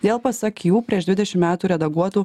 dėl pasak jų prieš dvidešim metų redaguotų